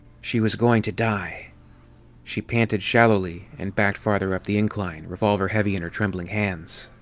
she was going to die she panted shallowly and backed farther up the incline, revolver heavy in her trembling hands.